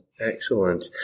Excellent